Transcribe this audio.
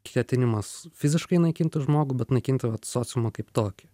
ketinimas fiziškai naikinti žmogų bet naikinti vat sociumą kaip tokį